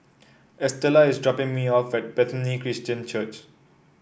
Estella is dropping me off at Bethany Christian Church